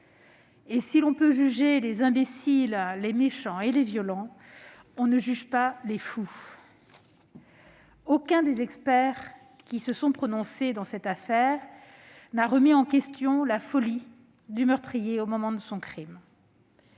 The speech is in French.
et si l'on peut juger les imbéciles, les méchants et les violents, on ne juge pas les fous. Aucun des experts qui se sont prononcés dans cette affaire n'a remis en question la folie du meurtrier au moment de son crime.